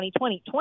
2020